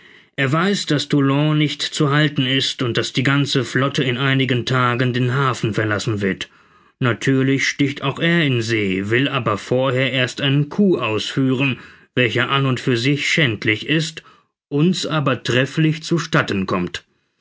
er weiß daß toulon nicht zu halten ist und daß die ganze flotte in einigen tagen den hafen verlassen wird natürlich sticht auch er in see will aber vorher erst einen coup ausführen welcher an und für sich schändlich ist uns aber trefflich zu statten kommt